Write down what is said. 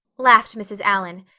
laughed mrs. allan,